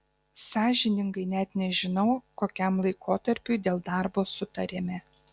sąžiningai net nežinau kokiam laikotarpiui dėl darbo sutarėme